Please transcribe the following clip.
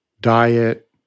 diet